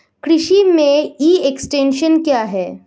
कृषि में e extension क्या है?